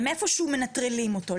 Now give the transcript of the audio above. מאיפשהו מנטרלים אותו.